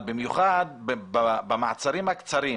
במיוחד במעצרים הקצרים